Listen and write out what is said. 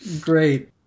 Great